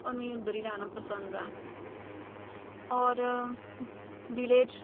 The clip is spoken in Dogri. होर मी उद्धर गै रैह्ना पसंद ऐ होर विलेज